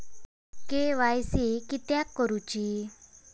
KYC किदयाक करूची?